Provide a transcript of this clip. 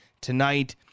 tonight